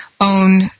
own